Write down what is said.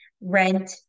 rent